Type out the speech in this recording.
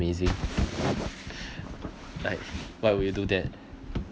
amazing like what would you do that